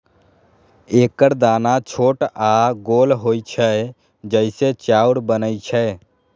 एकर दाना छोट आ गोल होइ छै, जइसे चाउर बनै छै